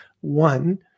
One